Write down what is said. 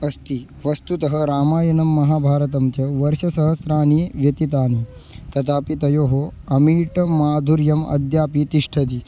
अस्ति वस्तुतः रामायणं महाभारतं च वर्षसहस्राणि व्यथितानि तथापि तयोः अमीट् माधुर्यम् अद्यापि तिष्ठति